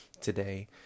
today